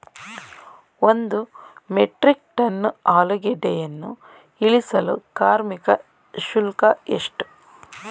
ಒಂದು metric tonne ಆಲೂಗೆಡ್ಡೆಯನ್ನು ಇಳಿಸಲು ಕಾರ್ಮಿಕ ಶುಲ್ಕ ಎಷ್ಟು?